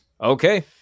Okay